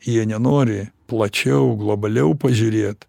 jie nenori plačiau globaliau pažiūrėt